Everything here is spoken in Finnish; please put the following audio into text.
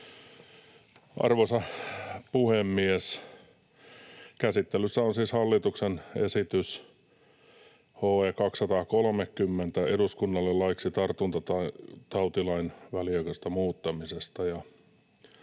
Arvoisa puhemies! Käsittelyssä on siis hallituksen esitys HE 230 eduskunnalle laiksi tartuntatautilain väliaikaisesta muuttamisesta,